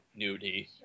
nudie